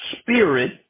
Spirit